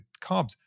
carbs